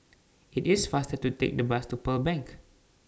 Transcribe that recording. IT IS faster to Take The Bus to Pearl Bank